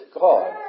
God